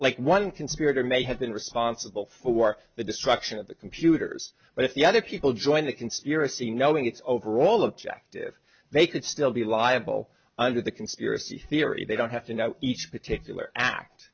like one conspirator may have been responsible for the destruction of the computers but if the other people join the conspiracy knowing its overall objective they could still be liable under the conspiracy theory they don't have to know each particular act